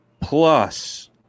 plus